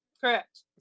correct